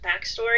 backstory